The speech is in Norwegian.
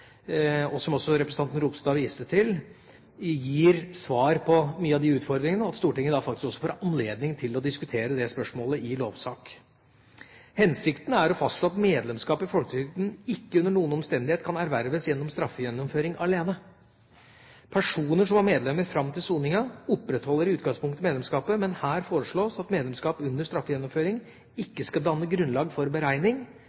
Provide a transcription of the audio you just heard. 2009–2010, som også representanten Ropstad viste til, gir svar på mange av de utfordringene, og Stortinget får da faktisk anledning til å diskutere det spørsmålet i forbindelse med en lovsak. Hensikten er å fastslå at medlemskap i folketrygden ikke under noen omstendighet kan erverves gjennom straffegjennomføring alene. Personer som var medlemmer fram til soningen, opprettholder i utgangspunktet medlemskapet, men her foreslås at medlemskap under straffegjennomføring